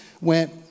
went